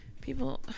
People